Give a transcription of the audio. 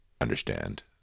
understand